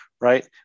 right